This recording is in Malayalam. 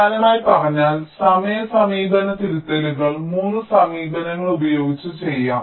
വിശാലമായി പറഞ്ഞാൽ സമയ സമീപന തിരുത്തലുകൾ 3 സമീപനങ്ങൾ ഉപയോഗിച്ച് ചെയ്യാം